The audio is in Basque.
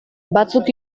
batzuk